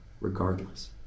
regardless